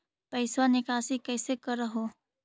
पैसवा निकासी कैसे कर हो?